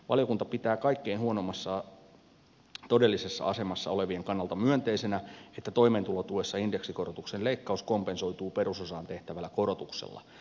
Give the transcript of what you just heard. valiokunta pitää kaikkein huonoimmassa taloudellisessa asemassa olevien kannalta myönteisenä että toimeentulotuessa indeksikorotuksen leikkaus kompensoituu perusosaan tehtävällä korotuksella